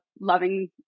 loving